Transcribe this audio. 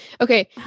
Okay